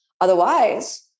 Otherwise